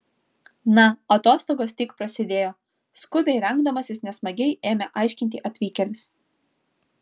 na atostogos tik prasidėjo skubiai rengdamasis nesmagiai ėmė aiškinti atvykėlis